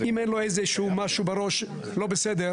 אם אין לו איזשהו משהו בראש לא בסדר,